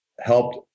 helped